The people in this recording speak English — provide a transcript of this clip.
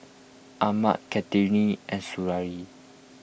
Ahmad Kartini and Suriani